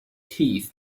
teeth